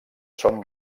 són